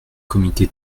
comité